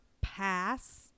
pass